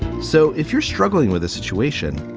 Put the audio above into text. so if you're struggling with a situation,